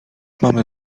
mamy